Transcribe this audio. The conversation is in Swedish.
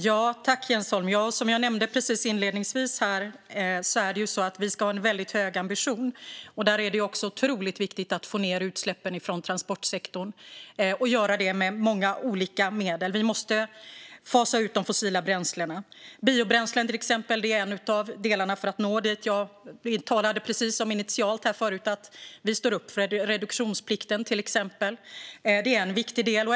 Fru talman! Som jag nämnde inledningsvis ska vi ha en hög ambition, och det är otroligt viktigt att få ned utsläppen från transportsektorn med många olika medel. Vi måste fasa ut de fossila bränslena. Biobränslen är en av delarna för att nå dit. Jag talade initialt om att vi står upp för reduktionsplikten. Det är en viktig del.